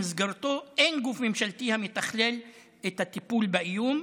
שבמסגרתו אין גוף ממשלתי המתכלל את הטיפול באיום,